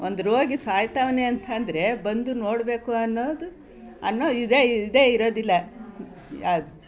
ಒಂದು ರೋಗಿ ಸಾಯ್ತಾವನೆ ಅಂತ ಅಂದರೆ ಬಂದು ನೋಡಬೇಕು ಅನ್ನೋದು ಅನ್ನೋ ಇದೆ ಇದೇ ಇರೋದಿಲ್ಲ